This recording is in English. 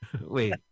Wait